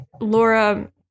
laura